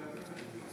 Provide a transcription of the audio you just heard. מצביע גלעד ארדן,